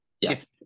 yes